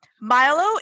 Milo